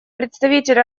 представитель